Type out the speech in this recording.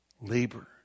Labor